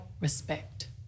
respect